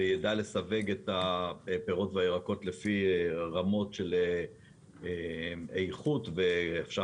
זה ידע לסווג את הפירות ואת הירקות לפי רמות של איכות ואפשר